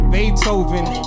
Beethoven